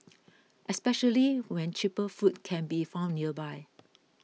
especially when cheaper food can be found nearby